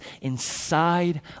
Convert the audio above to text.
inside